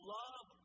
love